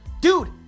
dude